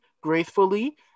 gracefully